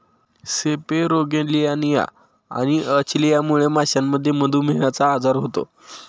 सेपेरोगेलियानिया आणि अचलियामुळे माशांमध्ये मधुमेहचा आजार होतो